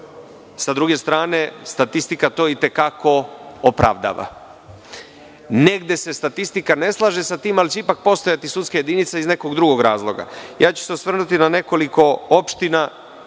sa druge strane statistika to o te kako opravdava. Negde se statistika ne slaže sa tim, ali će ipak postojati sudska jedinica iz nekog drugog razloga. Osvrnuću se na nekoliko opština